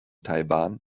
taiwan